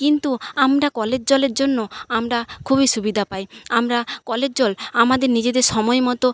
কিন্তু আমরা কলের জলের জন্য আমরা খুবই সুবিধা পাই আমরা কলের জল আমাদের নিজেদের সময় মতো